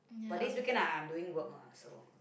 but this weekend I'm doing work lah so